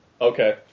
Okay